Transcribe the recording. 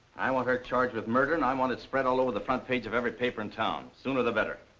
i want her charged with murder and i want it spread all over the front page of every paper in town. the sooner the better.